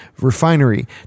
refinery